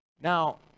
Now